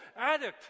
addict